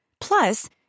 Plus